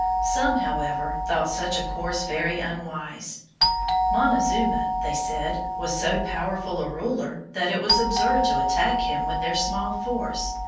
some, however, thought such a course very unwise montezuma, they said, was so powerful a ruler that it was absurd to attack him with their small force,